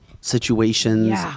situations